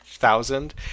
thousand